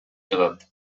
жатат